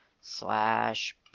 slash